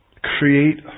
Create